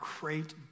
great